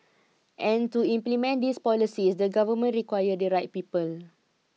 and to implement these policies the government require the right people